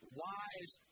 wise